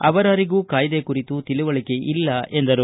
ಅವರಾರಿಗೂ ಕಾಯ್ದೆ ಕುರಿತು ತಿಳಿವಳಿಕೆ ಇಲ್ಲ ಎಂದರು